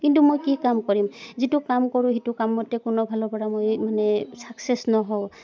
কিন্তু মই কি কাম কৰিম যিটো কাম কৰোঁ সেইটো কাম মতে কোনো ফালৰ পৰা মই মানে ছাকছেছ নহওঁ